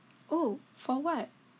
oh for what